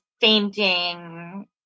fainting